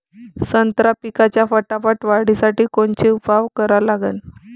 संत्रा पिकाच्या फटाफट वाढीसाठी कोनचे उपाव करा लागन?